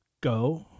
go